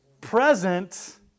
Present